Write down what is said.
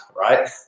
right